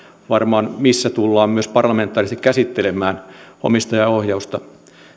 varmaan tullaan myös parlamentaarisesti käsittelemään omistajaohjausta